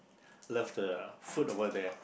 love the food over there